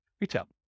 retail